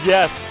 Yes